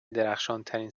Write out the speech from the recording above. درخشانترین